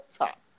top